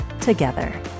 together